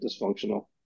dysfunctional